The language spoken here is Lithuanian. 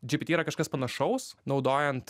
gpt yra kažkas panašaus naudojant